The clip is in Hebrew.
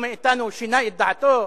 שינה את דעתו?